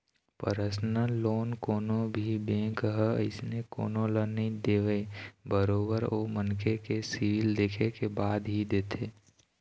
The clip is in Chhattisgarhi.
परसनल लोन कोनो भी बेंक ह अइसने कोनो ल नइ देवय बरोबर ओ मनखे के सिविल देखे के बाद ही देथे